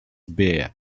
beer